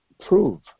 prove